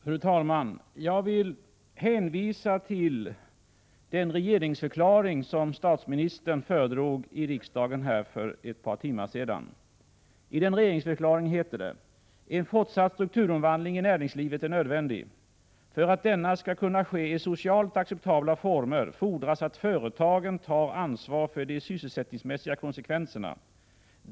Fru talman! Jag vill hänvisa till den regeringsförklaring som statministern föredrog här i riksdagen för ett par timmar sedan. I den heter det: ”En fortsatt strukturomvandling i näringslivet är nödvändig. För att denna skall kunna ske i socialt acceptabla former fordras att företagen tar ansvar för de sysselsättningsmässiga konsekvenserna.